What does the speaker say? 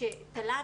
תל"ן,